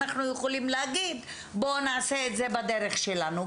אנחנו יכולים להגיד "בואו נעשה את זה בדרך שלנו",